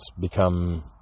become